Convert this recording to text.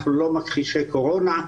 אנחנו לא מכחישי קורונה,